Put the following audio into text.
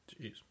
Jeez